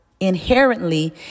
inherently